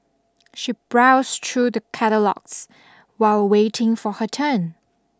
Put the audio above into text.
she browsed through the catalogues while waiting for her turn